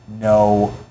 no